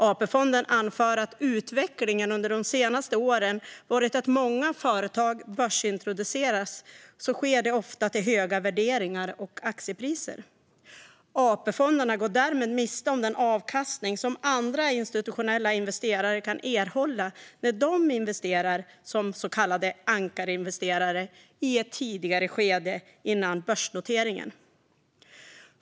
AP-fonden anför att utvecklingen under de senaste åren varit att när företag börsintroduceras sker det ofta till höga värderingar och aktiepriser. AP-fonderna går därmed miste om den avkastning som andra institutionella investerare kan erhålla när de investerar som så kallade ankarinvesterare i ett tidigare skede före börsnoteringen.